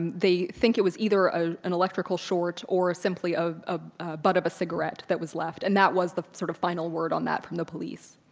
they think it was either an electrical short or simply a butt of a cigarette that was left and that was the sort of final word on that from the police.